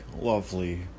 lovely